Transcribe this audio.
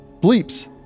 Bleeps